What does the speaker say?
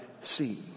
see